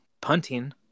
punting